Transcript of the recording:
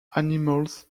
animals